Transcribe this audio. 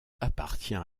appartient